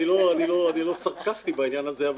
אני לא סרקסטי בעניין הזה.